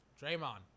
Draymond